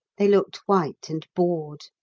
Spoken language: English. they looked white and bored.